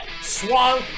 swung